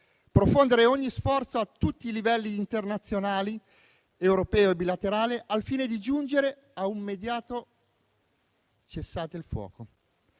profondere ogni sforzo a tutti i livelli, internazionale, europeo e bilaterale, al fine di giungere a un immediato cessate il fuoco;